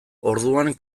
orduan